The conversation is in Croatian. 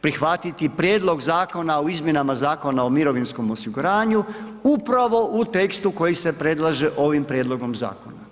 prihvatiti prijedlog Zakona o izmjenama Zakona o mirovinskom osiguranju upravo u tekstu koji se predlaže ovim prijedlogom zakona.